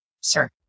sir